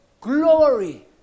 glory